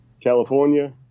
California